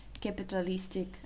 capitalistic